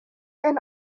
and